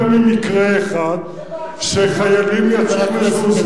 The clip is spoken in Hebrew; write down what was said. היה יותר ממקרה אחד שחיילים יצאו,